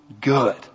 good